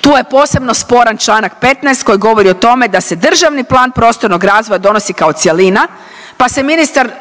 Tu je posebno sporan čl. 15 koji govori o tome da se državni plan prostornog razvoja donosi kao cjelina, pa se ministar